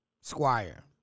Squire